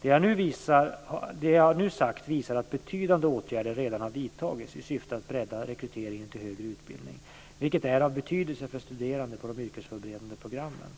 Det jag nu har sagt visar att betydande åtgärder redan har vidtagits i syfte att bredda rekryteringen till högre utbildning, vilket är av betydelse för studerande på de yrkesförberedande programmen.